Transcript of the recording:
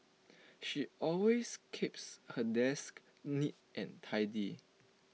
she always keeps her desk neat and tidy